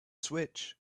switch